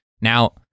Now